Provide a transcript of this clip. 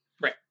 Right